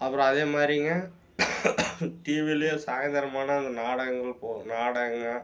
அப்புறம் அதேமாதிரிங்க டிவியிலியும் சாய்ந்தரம் ஆனால் அந்த நாடகங்கள் நாடகங்கள்